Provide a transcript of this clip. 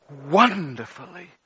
Wonderfully